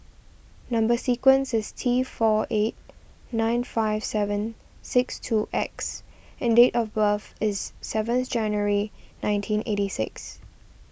Number Sequence is T four eight nine five seven six two X and date of birth is seventh January nineteen eighty six